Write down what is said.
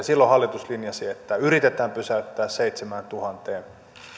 silloin hallitus linjasi että yritetään pysäyttää seitsemääntuhanteen